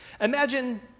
Imagine